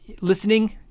listening